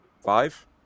Five